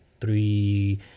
three